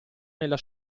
nella